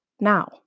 now